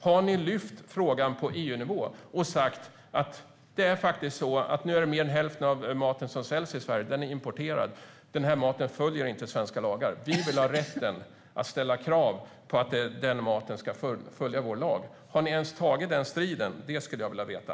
Har ni lyft upp frågan på EU-nivå och sagt: Nu är mer än hälften av maten som säljs i Sverige importerad, och den framställs inte enligt svenska lagar. Vi vill ha rätten att ställa krav på att produktionen av maten ska följa vår lag. Har ni ens tagit den striden? Det skulle jag vilja veta.